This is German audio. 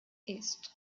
ist